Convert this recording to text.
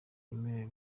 yemerewe